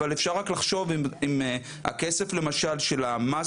אבל אפשר רק לחשוב אם הכסף למשל של המס